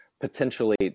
potentially